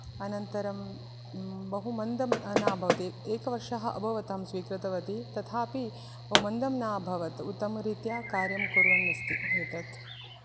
अनन्तरं बहु मन्दं न भवति एकवर्षः अभवत् अहं स्वीकृतवती तथापि बहु मन्दं न अभवत् उत्तमरीत्या कार्यं कुर्वन् अस्ति एतत्